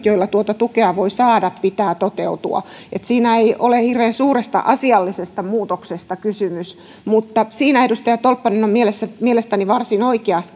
joilla tuota tukea voi saada pitää toteutua niin että siinä ei ole hirveän suuresta asiallisesta muutoksesta kysymys mutta siinä edustaja tolppanen on mielestäni varsin oikeassa